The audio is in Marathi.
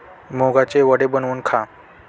मुगाचे वडे बनवून खा